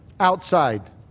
outside